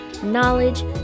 Knowledge